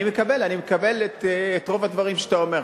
אני מקבל את רוב הדברים שאתה אומר,